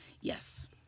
Yes